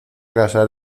casar